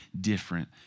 different